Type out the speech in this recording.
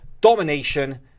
domination